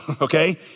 okay